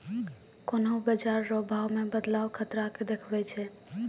कोन्हों बाजार रो भाव मे बदलाव खतरा के देखबै छै